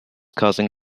causing